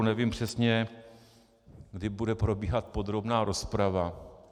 Nevím přesně, kdy bude probíhat podrobná rozprava.